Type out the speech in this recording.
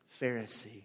Pharisee